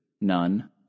None